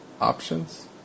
options